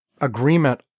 agreement